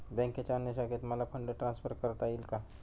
बँकेच्या अन्य शाखेत मला फंड ट्रान्सफर करता येईल का?